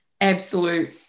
absolute